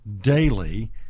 daily